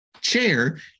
chair